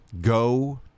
go